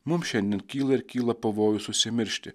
mums šiandien kyla ir kyla pavojus užsimiršti